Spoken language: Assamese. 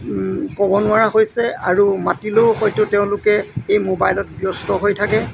ক'ব নোৱাৰা হৈছে আৰু মাতিলেও হয়টো তেওঁলোকে এই মোবাইলত ব্যস্ত হৈ থাকে